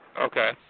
Okay